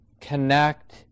connect